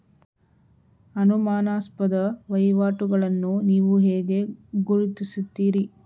ಅನುಮಾನಾಸ್ಪದ ವಹಿವಾಟುಗಳನ್ನು ನೀವು ಹೇಗೆ ಗುರುತಿಸುತ್ತೀರಿ?